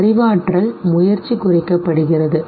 அறிவாற்றல் முயற்சி குறைக்கப்படுகிறது சரி